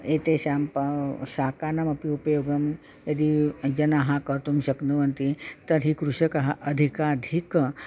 एतेषां पा शाकानामपि उपयोगं यदि जनाः कर्तुं शक्नुवन्ति तर्हि कृषकः अधिकाधिकम्